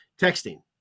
texting